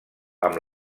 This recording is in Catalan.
amb